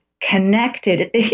connected